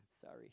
sorry